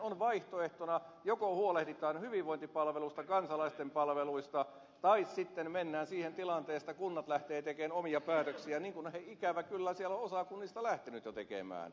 on vaihtoehtoina että joko huolehditaan hyvinvointipalveluista kansalaisten palveluista tai sitten mennään siihen tilanteeseen että kunnat lähtevät tekemään omia päätöksiään niin kuin ikävä kyllä siellä on osa kunnista lähtenyt jo tekemään